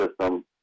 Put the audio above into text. system